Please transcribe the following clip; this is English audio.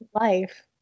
life